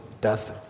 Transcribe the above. death